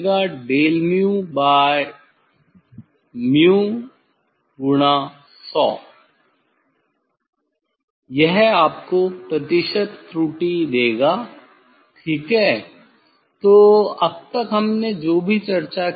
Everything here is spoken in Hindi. डेल म्यू बाई म्यू गुणा100 यह आपको प्रतिशत त्रुटि देगा ठीक है तो अब तक हमने जो भी चर्चा की है